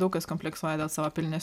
daug kas kompleksuoja dėl savo pilnes